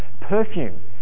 perfume